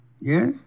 Yes